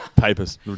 Papers